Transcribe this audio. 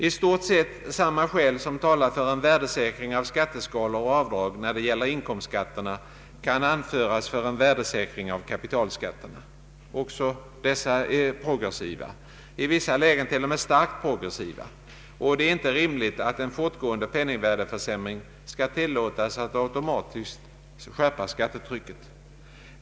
I stort sett samma skäl som talar för en värdesäkring av skatteskalor och avdrag, när det gäller inkomstskatterna, kan anföras för en värdesäkring av kapitalskatterna. Också dessa är progressiva, i vissa lägen t.o.m. starkt progressiva, och det är inte rimligt att en fortgående penningvärdeförsämring skall tillåtas att automatiskt skärpa skattetrycket.